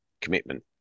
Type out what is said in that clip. commitment